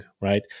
right